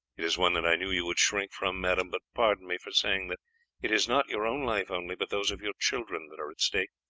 it is one that i knew you would shrink from, madame but pardon me for saying that it is not your own life only, but those of your children that are at stake.